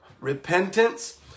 repentance